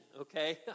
okay